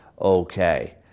okay